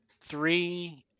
three